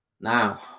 Now